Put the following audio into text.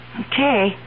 Okay